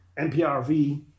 nprv